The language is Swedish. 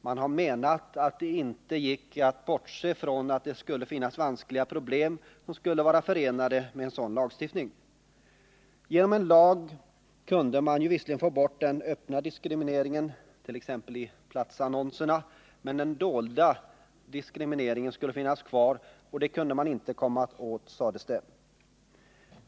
Man har menat att det inte gick att bortse från att vanskliga problem kunde vara förenade med en sådan lagstiftning. Genom en lag kunde man visserligen få bort den öppna diskrimineringen, t.ex. i platsannonserna, men den dolda diskrimineringen skulle finnas kvar och den kunde man inte komma åt, sades det.